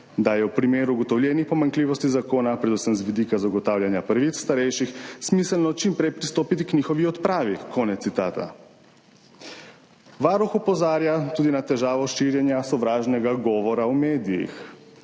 »Da je v primeru ugotovljenih pomanjkljivosti zakona, predvsem z vidika zagotavljanja pravic starejših, smiselno čim prej pristopiti k njihovi odpravi.« Konec citata. Varuh opozarja tudi na težavo širjenja sovražnega govora v medijih,